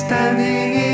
Standing